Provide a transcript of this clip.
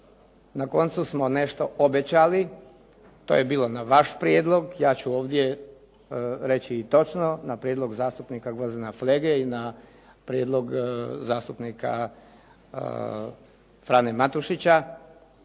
na koncu smo nešto obećali. To je bilo na vaš prijedlog. Ja ću ovdje reći i točno, na prijedlog zastupnica Gvozdena Flege i na prijedlog zastupnika Frane Matušića